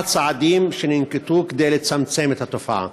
1. מהם הצעדים שננקטו כדי לצמצם את התופעה?